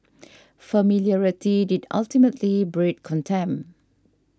familiarity did ultimately breed contempt